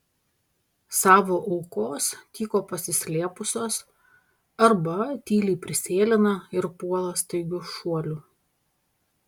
savo aukos tyko pasislėpusios arba tyliai prisėlina ir puola staigiu šuoliu